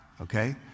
okay